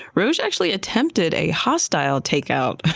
roche actually attempted a hostile take-out